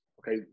Okay